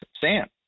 Sam